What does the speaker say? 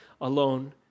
alone